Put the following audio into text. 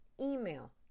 email